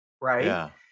right